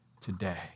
today